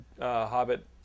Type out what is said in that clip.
Hobbit